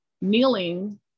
kneeling